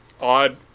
odd